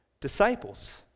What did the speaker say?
disciples